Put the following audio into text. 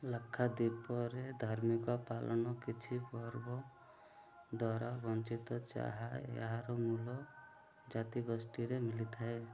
ଲାକ୍ଷାଦ୍ୱୀପରେ ଧାର୍ମିକ ପାଳନ କିଛି ପର୍ବ ଦ୍ୱାରା ବର୍ଣ୍ଣିତ ଯାହା ଏହାର ମୂଳ ଜାତିଗୋଷ୍ଠୀରେ ମିଳିଥାଏ